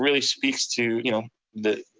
really speaks to you know the,